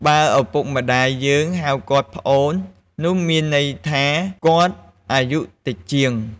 បើឪពុកម្តាយយើងហៅគាត់ "ប្អូន" នោះមានន័យថាគាត់អាយុតិចជាង។